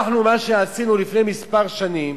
אנחנו, מה שעשינו לפני כמה שנים,